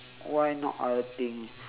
why not other things